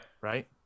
Right